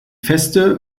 feste